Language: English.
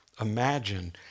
imagine